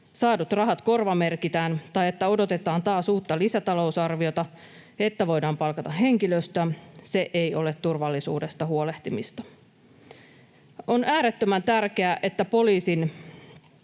saadut rahat korvamerkitään tai odotetaan taas uutta lisätalousarviota, että voidaan palkata henkilöstöä, se ei ole turvallisuudesta huolehtimista. On äärettömän tärkeää, että poliisin